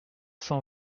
cent